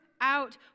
out